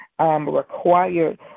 required